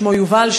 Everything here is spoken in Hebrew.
שמו יובל,